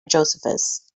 josephus